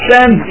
Send